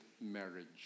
marriage